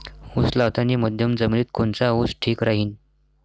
उस लावतानी मध्यम जमिनीत कोनचा ऊस ठीक राहीन?